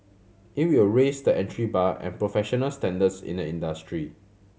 it will raise the entry bar and professional standards in the industry